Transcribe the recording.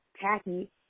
tacky